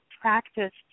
practiced